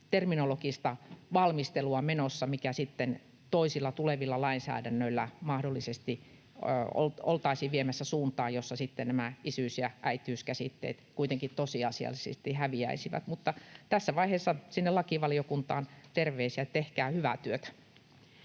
terminologista valmistelua menossa, mitä sitten toisilla, tulevilla lainsäädännöillä mahdollisesti oltaisiin viemässä suuntaan, jossa sitten nämä isyys- ja äitiys-käsitteet kuitenkin tosiasiallisesti häviäisivät. Mutta tässä vaiheessa sinne lakivaliokuntaan terveisiä, että tehkää hyvää työtä.